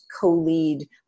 co-lead